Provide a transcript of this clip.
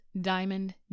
Diamond